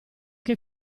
che